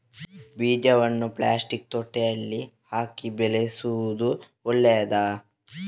ಬೀಜವನ್ನು ಪ್ಲಾಸ್ಟಿಕ್ ತೊಟ್ಟೆಯಲ್ಲಿ ಹಾಕಿ ಬೆಳೆಸುವುದು ಒಳ್ಳೆಯದಾ?